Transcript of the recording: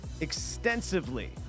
extensively